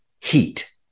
heat